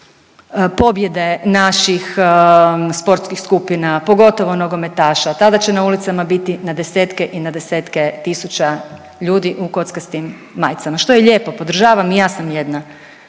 pobjede naših sportskih skupina pogotovo nogometaša, tada će na ulicama biti na desetke i na desetke tisuća ljudi u kockastim majicama, što je lijepo, podržavam i ja sam jedna